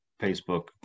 Facebook